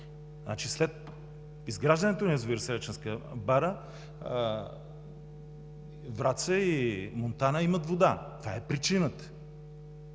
След изграждането на язовир „Среченска бара“ Враца и Монтана имат вода – това е причината.